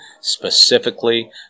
specifically